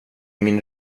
min